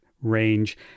range